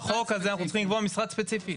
בחוק הזה אנחנו צריכים לקבוע משרד ספציפי.